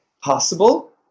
possible